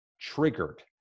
triggered